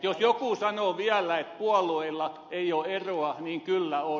jos joku sanoo vielä että puolueilla ei ole eroa niin kyllä on